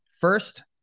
first